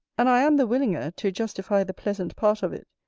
and i am the willinger to justify the pleasant part of it,